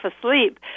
asleep